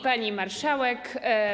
Pani Marszałek!